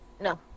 No